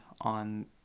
on